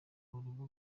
rubuga